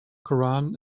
koran